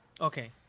Okay